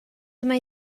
mae